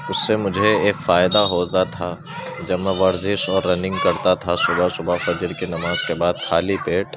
اس سے مجھے ایک فائدہ ہوتا تھا کہ جب میں ورزش اور رننگ کرتا تھا تو صبح صبح فجر کی نماز کے بعد خالی پیٹ